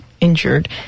injured